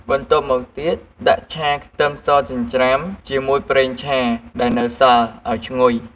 បន្ទាប់់មកទៀត ដាក់ឆាខ្ទឹមសចិញ្ច្រាំ ជាមួយប្រេងឆាដែលនៅសល់ ឱ្យឈ្ងុយ។